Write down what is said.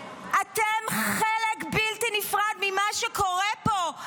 אתם חלק בלתי נפרד ממה שקורה פה,